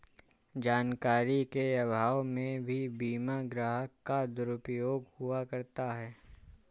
जानकारी के अभाव में भी बीमा ग्राहक का दुरुपयोग हुआ करता है